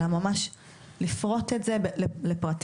אלא ממש לפרוט את זה לפרטים,